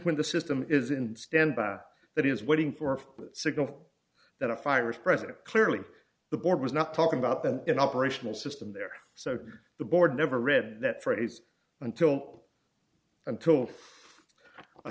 when the system is in standby that is waiting for a signal that a fire is president clearly the board was not talking about than an operational system there so the board never read that phrase until until